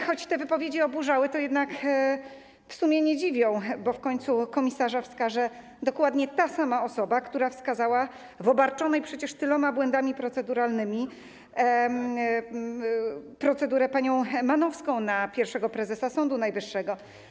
Choć te wypowiedzi oburzały, to jednak w sumie nie dziwią, bo w końcu komisarza wskaże dokładnie ta sama osoba, która wskazała w obarczonej przecież tyloma błędami proceduralnymi procedurze na panią Manowską jako na pierwszego prezesa Sądu Najwyższego.